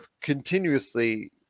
continuously